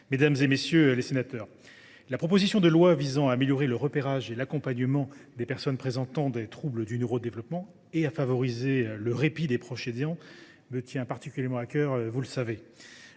mesdames, messieurs les sénateurs, la proposition de loi visant à améliorer le repérage et l’accompagnement des personnes présentant des troubles du neurodéveloppement et à favoriser le répit des proches aidants me tient particulièrement à cœur. J’en étais